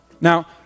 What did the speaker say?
Now